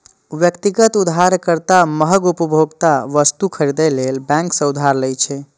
व्यक्तिगत उधारकर्ता महग उपभोक्ता वस्तु खरीदै लेल बैंक सं उधार लै छै